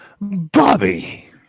Bobby